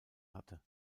hatte